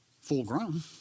full-grown